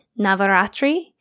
Navaratri